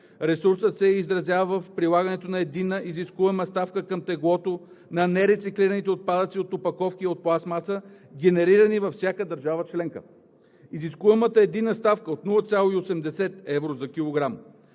Ресурсът се изразява в прилагането на единна изискуема ставка към теглото на нерециклираните отпадъци от опаковки от пластмаса, генерирани във всяка държава членка. Изискуемата единна ставка е 0,80 евро за килограм.